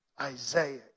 Isaiah